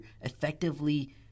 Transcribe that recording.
effectively